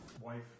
Wife